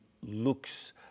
looks